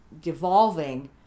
devolving